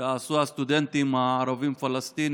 שעשו הסטודנטים הערבים-פלסטינים